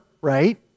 right